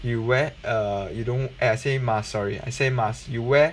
you wear a you don't eh I say must sorry I say must